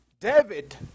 David